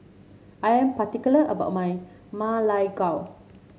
I am particular about my Ma Lai Gao